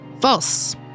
False